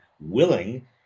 willing